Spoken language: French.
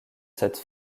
cette